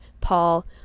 Paul